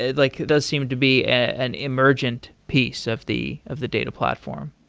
it like does seem to be an emergent piece of the of the data platform.